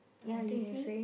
ya you see